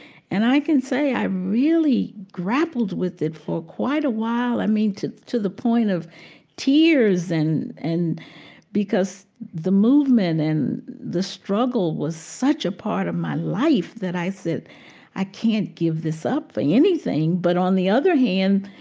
and i can say i really grappled with it for quite a while. i mean to to the point of tears, and and because the movement and the struggle was such a part of my life that i said i can't give this up for anything. but on the other hand,